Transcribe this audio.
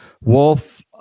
Wolf